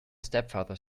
stepfather